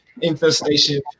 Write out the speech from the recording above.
infestation